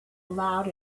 loud